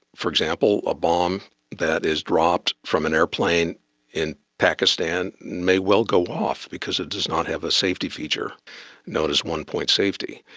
for example, a bomb that is dropped from an aeroplane in pakistan may well go off because it does not have a safety feature known as one point safety.